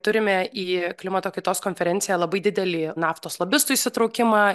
turime į klimato kaitos konferenciją labai didelį naftos lobistų įsitraukimą